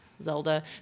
Zelda